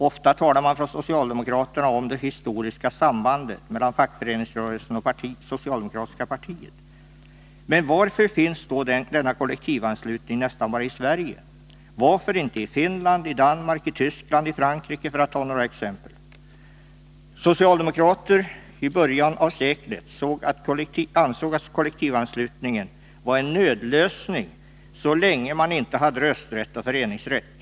Ofta talar socialdemokraterna om det historiska sambandet mellan 23 fackföreningsrörelsen och det socialdemokratiska partiet. Men varför finns då denna kollektivanslutning nästan bara i Sverige? Varför inte i Finland, Danmark, Tyskland eller Frankrike, för att ta några exempel? Socialdemokrater i början av seklet ansåg att kollektivanslutningen var en nödlösning så länge man inte hade rösträtt och föreningsrätt.